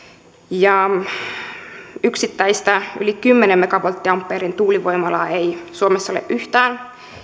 yksittäistä yli kymmenen megavolttiampeerin tuulivoimalaa ei suomessa ole yhtään